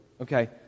Okay